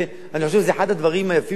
אני חושב שזה אחד הדברים היפים שעירייה